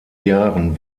jahren